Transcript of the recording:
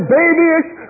babyish